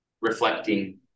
reflecting